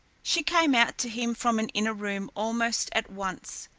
she came out to him from an inner room almost at once.